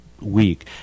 week